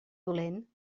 dolent